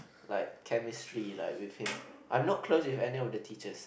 like chemistry like with him I'm not close with any of the teachers